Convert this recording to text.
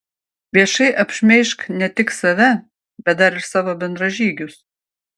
viešai apšmeižk ne tik save bet dar ir savo bendražygius